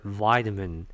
vitamin